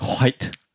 white